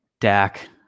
Dak